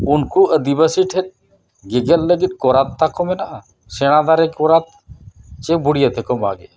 ᱩᱱᱠᱩ ᱟᱹᱫᱤᱵᱟᱥᱤ ᱴᱷᱮᱱ ᱜᱮᱜᱮᱫ ᱞᱟᱹᱜᱤᱫ ᱠᱚᱨᱟᱛ ᱛᱟᱠᱚ ᱢᱮᱱᱟᱜᱼᱟ ᱥᱮᱬᱟ ᱫᱟᱨᱮ ᱠᱚᱨᱟᱛ ᱥᱮ ᱵᱩᱰᱤᱭᱟᱹ ᱛᱮᱠᱚ ᱢᱟᱜᱮᱫᱼᱟ